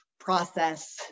process